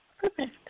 Perfect